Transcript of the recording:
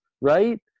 right